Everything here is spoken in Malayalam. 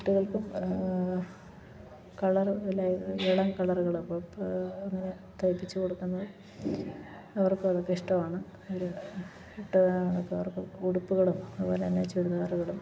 കുട്ടികൾക്കും കളറ് ഇളം കളറുകളും അങ്ങനെ തയ്പ്പിച്ചു കൊടുക്കുന്നത് അവർക്കതൊക്കെ ഇഷ്ടമാണ് ഉടുപ്പുകളും അതുപോലെത്തന്നെ ചുരിദാറുകളും